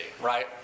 right